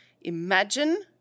Imagine